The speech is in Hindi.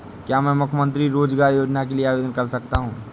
क्या मैं मुख्यमंत्री रोज़गार योजना के लिए आवेदन कर सकता हूँ?